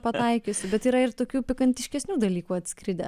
pataikiusi bet yra ir tokių pikantiškesnių dalykų atskridę